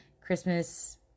Christmas